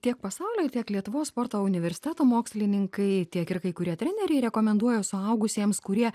tiek pasaulio tiek lietuvos sporto universiteto mokslininkai tiek ir kai kurie treneriai rekomenduoja suaugusiems kurie